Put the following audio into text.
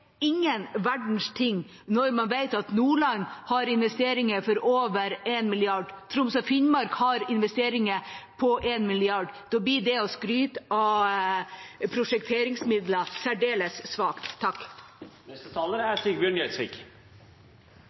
ingen verdens ting når man vet at Nordland har investeringer for over 1 mrd. kr. Troms og Finnmark har investeringer på 1 mrd. kr. Da blir det å skryte av prosjekteringsmidler særdeles svakt.